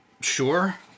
Sure